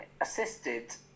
assisted